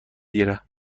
دیره